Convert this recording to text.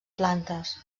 plantes